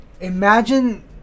Imagine